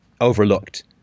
overlooked